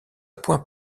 point